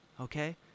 okay